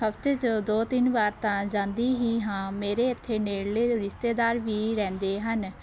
ਹਫ਼ਤੇ 'ਚ ਦੋ ਤਿੰਨ ਵਾਰ ਤਾਂ ਜਾਂਦੀ ਹੀ ਹਾਂ ਮੇਰੇ ਇੱਥੇ ਨੇੜਲੇ ਰਿਸ਼ਤੇਦਾਰ ਵੀ ਰਹਿੰਦੇ ਹਨ